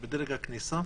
בדרג הכניסה?